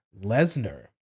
Lesnar